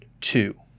two